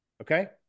Okay